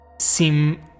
seem